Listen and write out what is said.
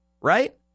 Right